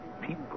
people